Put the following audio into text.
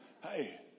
Hey